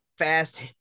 fast